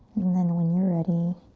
and then when you're ready,